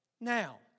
Now